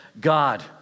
God